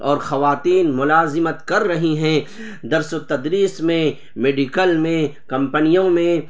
اور خواتین ملازمت کر رہی ہیں درس و تدریس میں میڈیکل میں کمپنیوں میں